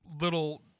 little